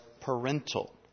parental